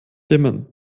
dimmen